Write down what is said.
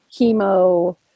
chemo